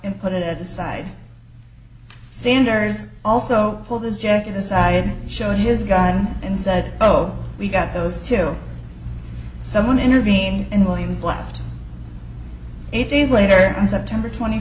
and put it at the side sanders also pulled his jacket decided showed his gun and said oh we got those till someone intervene and williams left eight days later on september twenty